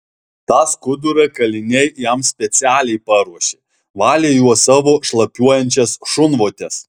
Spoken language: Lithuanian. tą skudurą kaliniai jam specialiai paruošė valė juo savo šlapiuojančias šunvotes